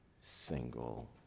single